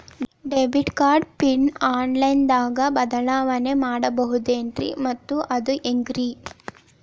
Debit card pin online ದಾಗ ಬದಲಾವಣೆ ಮಾಡಬಹುದೇನ್ರಿ ಮತ್ತು ಅದು ಹೆಂಗ್ರಿ?